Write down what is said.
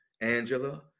Angela